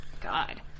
God